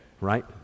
right